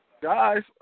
guys